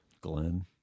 Glenn